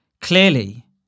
clearly